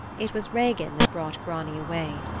it was regin that brought grani away.